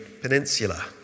Peninsula